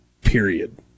period